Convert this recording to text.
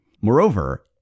Moreover